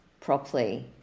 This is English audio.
properly